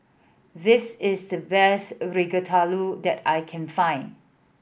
this is the best Ratatouille that I can find